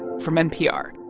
from npr